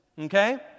okay